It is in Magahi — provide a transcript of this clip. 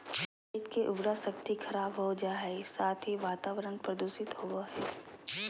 खेत के उर्वरा शक्ति खराब हो जा हइ, साथ ही वातावरण प्रदूषित होबो हइ